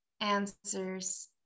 answers